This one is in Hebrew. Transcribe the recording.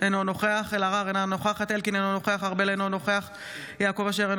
חברי הכנסת) משה אבוטבול,